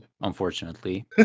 Unfortunately